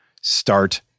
Start